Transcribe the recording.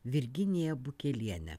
virginiją bukelienę